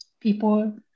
people